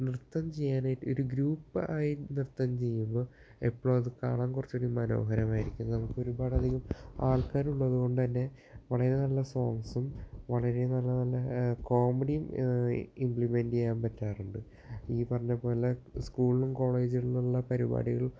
നൃത്തം ചെയ്യാനായിട്ട് ഒരു ഗ്രൂപ്പ് ആയി നൃത്തം ചെയ്യുമ്പോൾ എപ്പോഴും അത് കാണാൻ കുറച്ചു കൂടി മനോഹരമായിരിക്കും നമുക്കൊരുപാടധികം ആൾക്കാരുള്ളതുകൊണ്ടു തന്നെ വളരെ നല്ല സോങ്സും വളരെ നല്ല നല്ല കോമഡിയും ഇമ്പ്ലിമെൻ്റ് ചെയ്യാൻ പറ്റാറുണ്ട് ഈ പറഞ്ഞതു പോലെ സ്കൂളും കോളേജുകളിലുള്ള പരിപാടികൾ